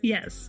Yes